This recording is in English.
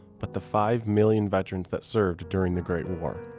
but the five million veterans that served during the great war.